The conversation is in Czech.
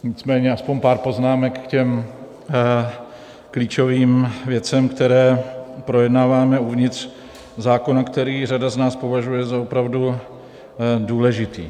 Nicméně aspoň pár poznámek k těm klíčovým věcem, které projednáváme uvnitř zákonů, které řada z nás považuje za opravdu důležité.